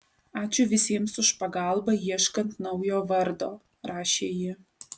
ačiū visiems už pagalbą ieškant naujo vardo rašė ji